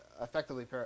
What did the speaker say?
effectively